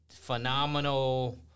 phenomenal